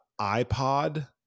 ipod